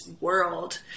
world